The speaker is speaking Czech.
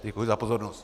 Děkuji za pozornost.